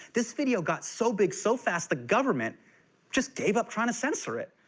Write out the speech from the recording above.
this video got so big, so fast, the government just gave up trying to censor it.